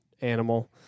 Animal